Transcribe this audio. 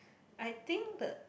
I think the